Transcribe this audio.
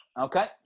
Okay